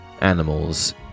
animals